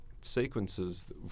sequences